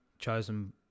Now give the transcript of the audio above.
Chosen